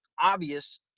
obvious